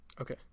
Okay